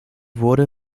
wurde